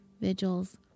vigils